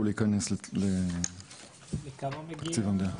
להיכנס לתקציב המדינה.